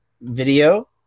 video